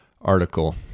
article